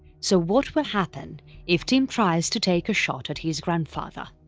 so what will happen if tim tries to take a shot at his grandfather?